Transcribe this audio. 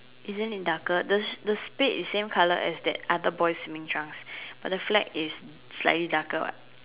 isn't it darker the the state is same colour as that other boy's swimming trunks but the flag is slightly darker what